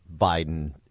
Biden